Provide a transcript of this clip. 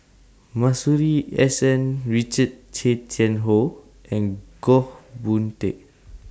Masuri S N Richard Tay Tian Hoe and Goh Boon Teck